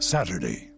Saturday